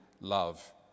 love